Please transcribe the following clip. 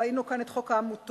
ראינו כאן את חוק העמותות,